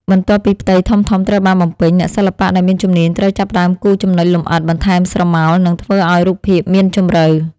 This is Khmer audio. បន្ទាប់ពីផ្ទៃធំៗត្រូវបានបំពេញ អ្នកសិល្បៈដែលមានជំនាញត្រូវចាប់ផ្ដើមគូរចំណុចលម្អិត បន្ថែមស្រមោល និងធ្វើឱ្យរូបភាពមានជម្រៅ។